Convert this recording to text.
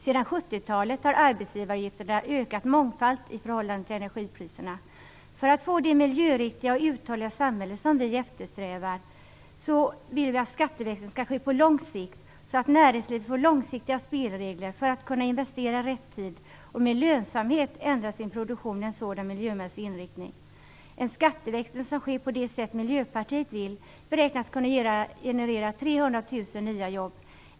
Sedan 70-talet har arbetsgivaravgifterna ökat mångfalt i förhållande till energipriserna. För att få det miljöriktiga och uthålliga samhälle som vi eftersträvar vill vi att skatteväxling skall ske på lång sikt så att näringslivet får långsiktiga spelregler för att kunna investera i rätt tid och med lönsamhet ändra sin produktion i en sådan miljömässig riktning. En skatteväxling, som sker på det sätt Miljöpartiet vill, beräknas generera 300 000 nya jobb.